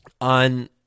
On